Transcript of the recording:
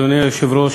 אדוני היושב-ראש,